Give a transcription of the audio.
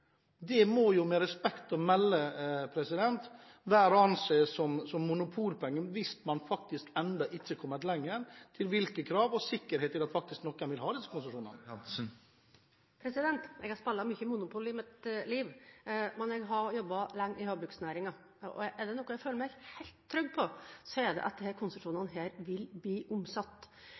Det må med respekt å melde være å anse som monopolpenger hvis man ennå ikke er kommet lenger med hensyn til kravene og sikkerhet for at noen faktisk vil ha disse konsesjonene. Jeg har spilt mye Monopol i mitt liv, men jeg har jobbet lenge i havbruksnæringen. Er det noe jeg føler meg helt trygg på, er det at disse konsesjonene vil bli omsatt.